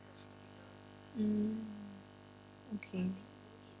mm okay